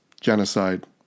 genocide